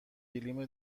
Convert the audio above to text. گلیم